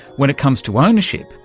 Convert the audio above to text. when it comes to ownership,